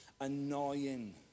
annoying